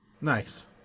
Nice